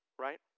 right